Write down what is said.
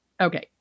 Okay